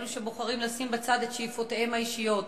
אלו שבוחרים לשים בצד את שאיפותיהם האישיות,